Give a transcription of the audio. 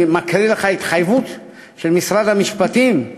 אני מקריא לך התחייבות של משרד המשפטים,